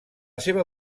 seva